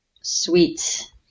Sweet